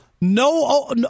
No